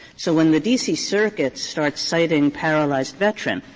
so when the d c. circuit starts citing paralyzed veterans,